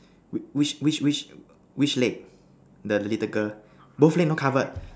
which which which leg the little girl both leg not covered